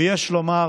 או יש לומר